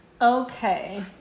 Okay